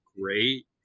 great